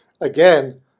again